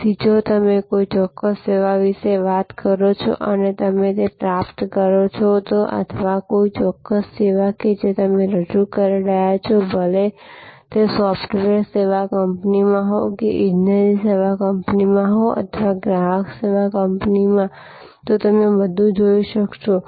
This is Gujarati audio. તેથી જો તમે કોઈ ચોક્કસ સેવા વિશે વાત કરો છો કે જે તમે પ્રાપ્ત કરી છે અથવા કોઈ ચોક્કસ સેવા કે જે તમે રજૂ કરી રહ્યાં છો પછી ભલે તમે સોફ્ટવેર સેવા કંપનીમાં હો કે ઇજનેરી સેવા કંપનીમાં અથવા ગ્રાહક સેવા કંપનીમાં તો તમે બધું જોઈ શકશો